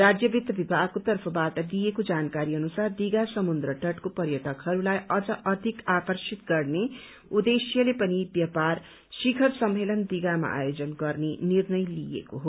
राज्य वित्त विभागको तर्फबाट दिएको जानकारी अनुसार दीषा समुद्र तटको पर्यटकहरूलाई अझ अधिक आकर्षित गर्ने उद्देश्यले पनि व्यापार शिखर सम्मेलन दीघामा आयोजन गर्ने निर्णय लिएको हो